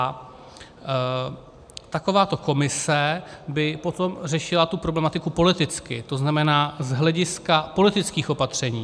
A takováto komise by potom řešila tu problematiku politicky, to znamená z hlediska politických opatření.